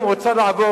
אם היא רוצה לעבור,